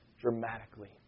dramatically